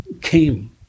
came